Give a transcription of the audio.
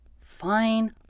Fine